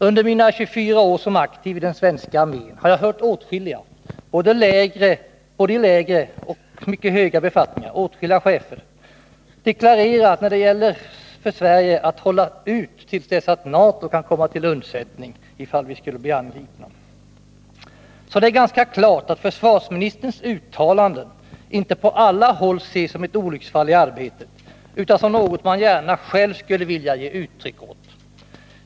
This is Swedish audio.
Under mina 24 år som aktiv i den svenska armén har jag hört åtskilliga, både i lägre och i mycket höga befattningar — åtskilliga chefer —, deklarera att det gäller för Sverige att hålla ut till dess NATO kan komma till undsättning, ifall vi skulle bli angripna. Det är alltså ganska klart att försvarsministerns uttalanden inte på alla håll ses som ett olycksfall i arbetet, utan som något man gärna själv skulle vilja ge uttryck åt.